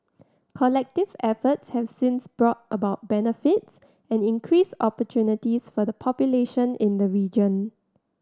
collective efforts have since brought about benefits and increased opportunities for the population in the region